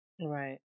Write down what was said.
Right